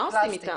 מה עושים אתן?